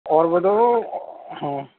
اور بیٹا وہ ہاں